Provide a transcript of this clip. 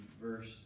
verse